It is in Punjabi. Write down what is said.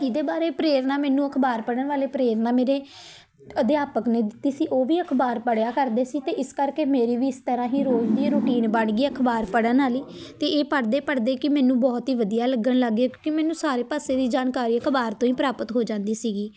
ਇਹਦੇ ਬਾਰੇ ਪ੍ਰੇਰਨਾ ਮੈਨੂੰ ਅਖ਼ਬਾਰ ਪੜ੍ਹਨ ਵਾਲੇ ਪ੍ਰੇਰਨਾ ਮੇਰੇ ਅਧਿਆਪਕ ਨੇ ਦਿੱਤੀ ਸੀ ਉਹ ਵੀ ਅਖ਼ਬਾਰ ਪੜ੍ਹਿਆ ਕਰਦੇ ਸੀ ਅਤੇ ਇਸ ਕਰਕੇ ਮੇਰੀ ਵੀ ਇਸ ਤਰ੍ਹਾਂ ਹੀ ਰੋਜ਼ ਦੀ ਰੂਟੀਨ ਬਣ ਗਈ ਅਖ਼ਬਾਰ ਪੜ੍ਹਨ ਵਾਲੀ ਅਤੇ ਇਹ ਪੜ੍ਹਦੇ ਪੜ੍ਹਦੇ ਕੀ ਮੈਨੂੰ ਬਹੁਤ ਹੀ ਵਧੀਆ ਲੱਗਣ ਲੱਗ ਗਿਆ ਕਿਉਂਕਿ ਮੈਨੂੰ ਸਾਰੇ ਪਾਸੇ ਦੀ ਜਾਣਕਾਰੀ ਅਖ਼ਬਾਰ ਤੋਂ ਹੀ ਪ੍ਰਾਪਤ ਹੋ ਜਾਂਦੀ ਸੀਗੀ